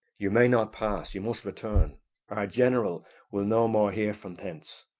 you may not pass you must return our general will no more hear from thence.